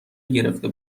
گرفته